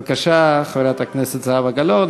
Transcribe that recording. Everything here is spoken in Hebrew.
בבקשה, חברת הכנסת זהבה גלאון.